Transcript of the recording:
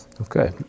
Okay